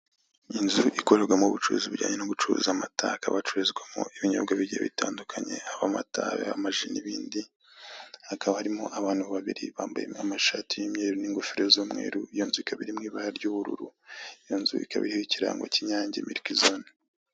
Inzu ikorerwamo ubucuruzi bujyanye no gucuruza amata. Hakaba hacururizwa ibinyobwa bigiye bitandukanye, haba amata, amaji n'ibindi. Hakaba harimo abantu babiri bambaye amashati y'imyeru n'ingofero z'umweru. Iyo nzu ikaba iri mu ibara ry'ubururu. Iyo nzu ikaba iriho ikirango cy'inyange miliki zone.